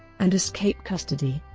and escape custody.